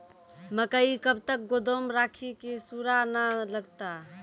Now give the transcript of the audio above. मकई कब तक गोदाम राखि की सूड़ा न लगता?